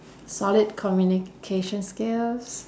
solid communication skills